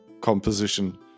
composition